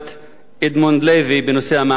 אדמונד לוי בנושא המאחזים.